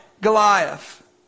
Goliath